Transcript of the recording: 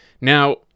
Now